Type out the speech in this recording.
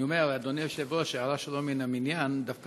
אני אומר לאדוני היושב-ראש הערה שלא מן המניין: דווקא